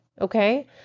Okay